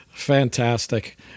fantastic